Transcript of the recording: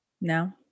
No